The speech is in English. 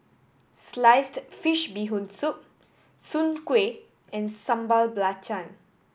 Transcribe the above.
sliced fish Bee Hoon Soup soon kway and Sambal Belacan